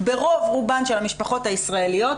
ברוב רובן של המשפחות הישראליות,